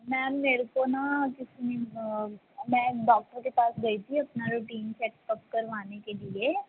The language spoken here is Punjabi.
ਮੈਮ ਮੇਰੇ ਕੋ ਨਾ ਕਿਸੇ ਨੇ ਮੈਂ ਡਾਕਟਰ ਕੇ ਪਾਸ ਗਈ ਸੀ ਆਪਣਾ ਰੁਟੀਨ ਚੈਕਅੱਪ ਕਰਵਾਨੇ ਕੇ ਲੀਏ